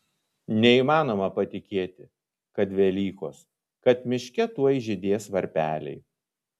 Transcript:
neįmanoma patikėti kad velykos kad miške tuoj žydės varpeliai